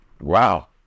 wow